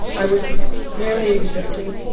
i was merely existing.